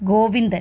Govindan